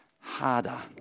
harder